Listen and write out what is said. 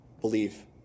Believe